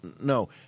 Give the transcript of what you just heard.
no